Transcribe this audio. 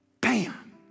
Bam